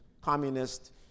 communist